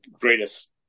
greatest